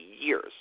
years